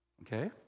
okay